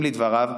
לדבריו,